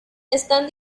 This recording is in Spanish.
están